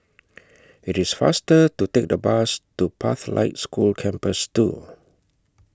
IT IS faster to Take The Bus to Pathlight School Campus two